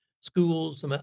schools